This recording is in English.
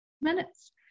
minutes